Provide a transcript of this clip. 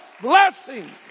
blessing